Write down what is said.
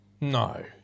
No